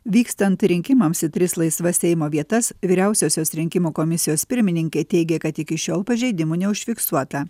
vykstant rinkimams į tris laisvas seimo vietas vyriausiosios rinkimų komisijos pirmininkė teigė kad iki šiol pažeidimų neužfiksuota